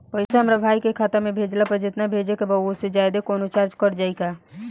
पैसा हमरा भाई के खाता मे भेजला पर जेतना भेजे के बा औसे जादे कौनोचार्ज कट जाई का?